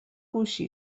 کوشی